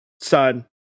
son